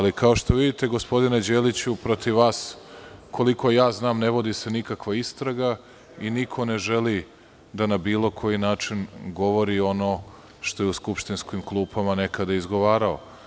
Kao što vidite, gospodine Đeliću, protiv vas, koliko znam, ne vodi se nikakva istraga i niko ne želi da na bilo koji način govori ono što je u skupštinskim klupama nekada izgovarao.